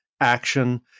action